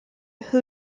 who